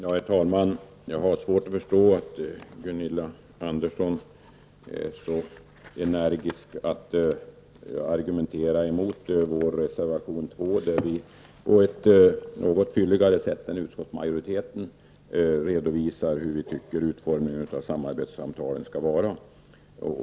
Herr talman! Jag har svårt att förstå hur Gunilla Andersson så energiskt kan argumentera mot vår reservation 2. I den redovisar vi på ett något fylligare sätt än utskottsmajoriteten hur vi tycker att utformningen av samarbetssamtalen skall vara.